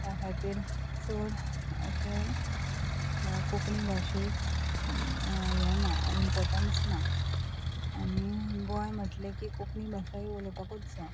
त्या खातीर चड अशें कोंकणी भाशेक हें ना इम्पॉर्टन्स ना आनी गोंय म्हटलें की कोंकणी भाशा ही उलोवपाकूत जाय